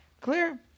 Clear